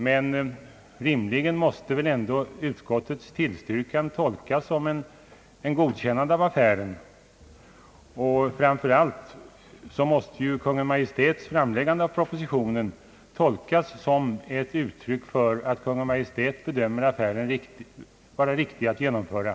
Men rimligen måste väl ändå utskottets tillstyrkan tolkas som ett godkännande av affären, och framför allt måste Kungl. Maj:ts framlagda proposition tolkas som ett uttryck för att regeringen bedömer affären som riktig att genomföra.